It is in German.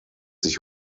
sich